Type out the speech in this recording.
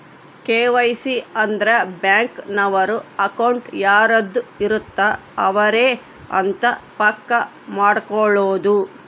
KYC ಅಂದ್ರ bank ನವರು account ಯಾರದ್ ಇರತ್ತ ಅವರೆ ಅಂತ ಪಕ್ಕ ಮಾಡ್ಕೊಳೋದು